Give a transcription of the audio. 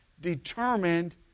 determined